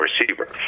receiver